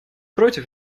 против